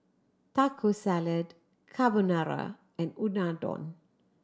Taco Salad Carbonara and Unadon